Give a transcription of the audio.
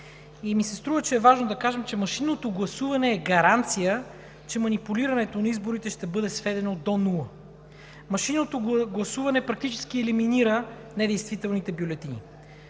ми се, че е важно да кажем, че машинното гласуване е гаранция манипулирането на изборите да бъде сведено до нула. Машинното гласуване практически елиминира недействителните бюлетини.